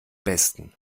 besten